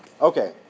Okay